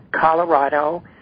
Colorado